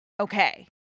okay